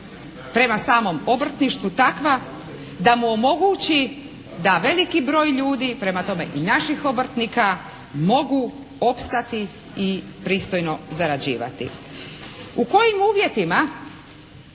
prema samom obrtništvu takva da mu omogući da veliki broj ljudi prema tome i naših obrtnika mogu opstati i pristojno zarađivati. U kojim uvjetima